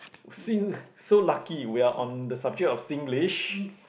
sing so lucky we are on the subject of Singlish